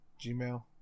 Gmail